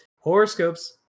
Horoscopes